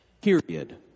period